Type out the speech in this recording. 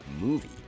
movie